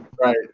Right